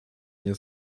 nie